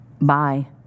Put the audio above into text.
Bye